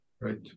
Right